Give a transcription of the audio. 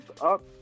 up